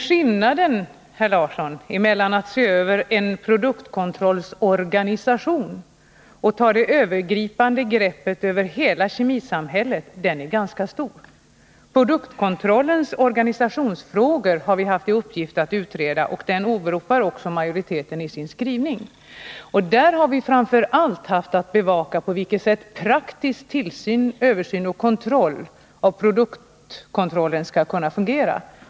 Skillnaden, herr Larsson, mellan att se över en produktkontrolls organisation och att ta det övergripande greppet över hela kemisamhället är ganska stor. Det är produktkontrollens organisationsfrågor som vi har haft i uppgift att utreda, och den utredningen åberopar majoriteten i sin skrivning. Där har vi framför allt haft att bevaka på vilket sätt den praktiska tillsynen över och översynen av produktkontrollen skall kunna fungera.